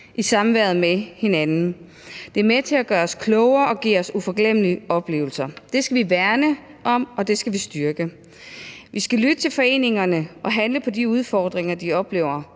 i samvær med hinanden. Det er med til at gøre os klogere og give os uforglemmelige oplevelser. Det skal vi værne om, og det skal vi styrke. Vi skal lytte til foreningerne og handle på de udfordringer, de oplever.